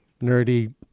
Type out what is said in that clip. nerdy